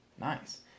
Nice